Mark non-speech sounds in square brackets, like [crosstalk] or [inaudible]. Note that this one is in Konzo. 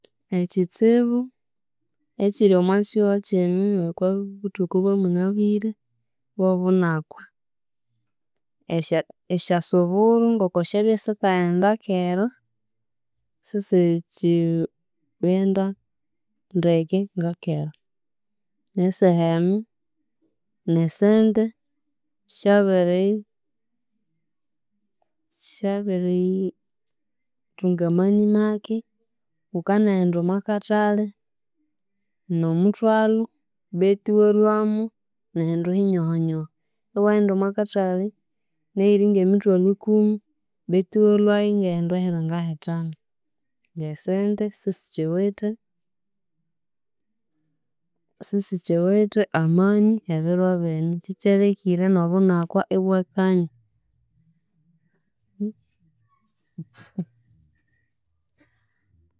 Ekitsibu ekiri omo kihugho kino okwaa buthuku obwa munabwire bw'obunakwa, esya esyasuburo ng'oko syabya sikaghenda kera, sisiki ghenda ndeke nga kera, n'esaha enu n'esente syabiri syabiri thunga amani make, wukanaghenda omwa kathali n'omuthwalhu betu iwalhwamu n'ehindu hinyoho nyoho, iwaghenda omwa kathali n'eyiringa emithwalhu ikumi betu iwalhwayu n'ehindu ehiringa hithanu, esente sisikiwithe, sisikiwithe amani ebiro bino, ky'ekyalekire n'obunakwa ibwakanya. [laughs]